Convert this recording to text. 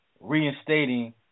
reinstating